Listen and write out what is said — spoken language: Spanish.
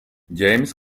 james